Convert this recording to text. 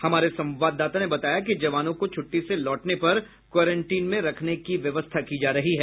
हमारे संवाददाता ने बताया कि जवानों को छुट्टी से लौटने पर क्वेरंटीन में रखने की व्यवस्था की जा रही है